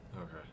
Okay